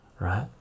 Right